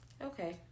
okay